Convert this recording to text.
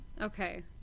Okay